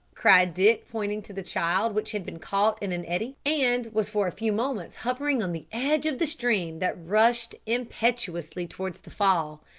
cried dick, pointing to the child, which had been caught in an eddy, and was for a few moments hovering on the edge of the stream that rushed impetuously towards the fall.